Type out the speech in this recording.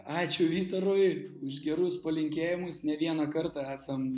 ačiū vytarui už gerus palinkėjimus ne vieną kartą esam